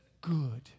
good